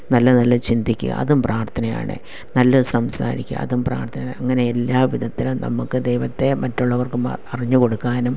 നല്ല നല്ല ചിന്തിക്കുക അതും പ്രാർത്ഥനയാണ് നല്ലത് സംസാരിക്കുക അതും പ്രാർത്ഥന അങ്ങനെ എല്ലാവിധത്തിലും നമ്മക്ക് ദൈവത്തെ മറ്റുള്ളവർക്ക് പറഞ്ഞു കൊടുക്കാനും